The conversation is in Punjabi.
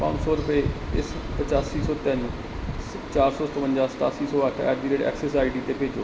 ਪੰਜ ਸੌ ਰੁਪਏ ਇਸ ਪਚਾਸੀ ਸੌ ਤਿੰਨ ਚਾਰ ਸੌ ਸਤਵੰਜਾ ਸਤਾਸੀ ਸੌ ਅੱਠ at the rate Axis ID 'ਤੇ ਭੇਜੋ